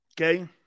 Okay